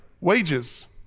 Wages